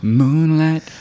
moonlight